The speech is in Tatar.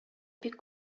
бик